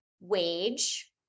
wage